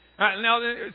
Now